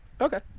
Okay